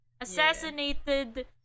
assassinated